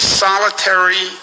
solitary